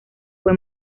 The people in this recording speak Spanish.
fue